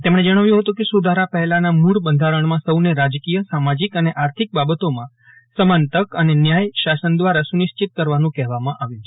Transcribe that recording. તેમજ્ઞ જજ્ઞાવ્યું હતું કેસુધારા પહેલાંના મૂળ બંધારજ્ઞમાં સૌને રાજકીય સામાજિક અને આર્થિક બાબતોમાં સમાન તક અને ન્યાય શાસન દ્વારા સુનિશ્ચિત કરવાનું કહેવામાં આવ્યું છે